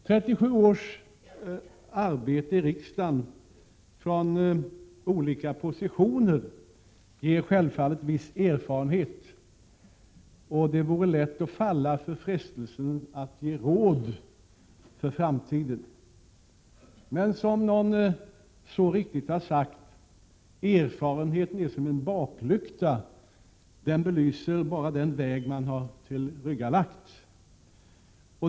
37 års arbete i riksdagen från olika positioner ger självfallet viss erfarenhet, och det vore lätt att falla för frestelsen att ge råd för framtiden. Men som någon så riktigt har sagt: Erfarenheten är som en baklykta, den belyser bara den väg man har tillryggalagt.